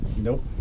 Nope